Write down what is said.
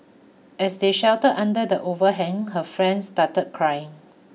as they sheltered under the overhang her friend started crying